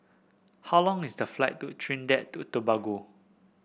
how long is the flight to Trinidad Tobago